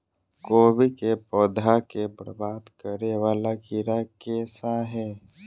कोबी केँ पौधा केँ बरबाद करे वला कीड़ा केँ सा है?